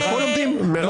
לא.